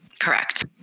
Correct